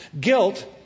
Guilt